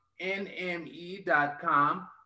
NME.com